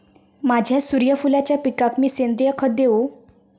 माझ्या सूर्यफुलाच्या पिकाक मी सेंद्रिय खत देवू?